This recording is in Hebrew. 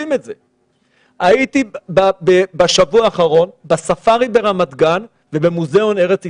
בשבוע האחרון הייתה בספארי ברמת גן ובמוזיאון ארץ ישראל.